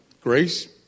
grace